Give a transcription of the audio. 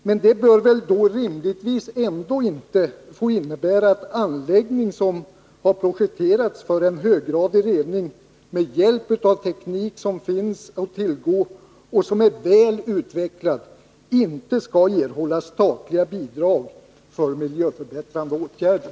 Men detta bör väl rimligtvis ändå inte få innebära att anläggningar, som har projekterats för höggradig rening med hjälp av teknik som finns att tillgå och som är väl utvecklad, inte skall erhålla statliga bidrag ur anslaget för miljöförbättrande åtgärder.